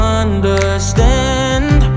understand